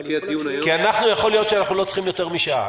אבל יכול להיות --- יכול להיות שאנחנו לא מצריכים יותר משעה.